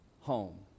home